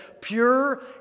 pure